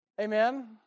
Amen